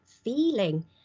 Feeling